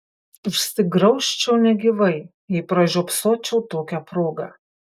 užsigraužčiau negyvai jei pražiopsočiau tokią progą